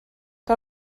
que